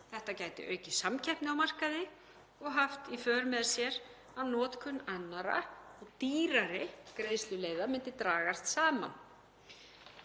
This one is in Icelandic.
Þetta gæti aukið samkeppni á markaði og haft í för með sér að notkun annarra og dýrari greiðsluleiða myndi dragast saman.